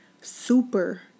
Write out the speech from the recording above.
super